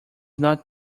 not